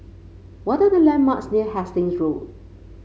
what the landmarks near Hasting Road